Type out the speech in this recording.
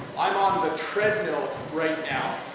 i'm on the treadmill right now.